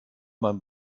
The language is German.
man